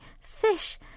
fish